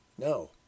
No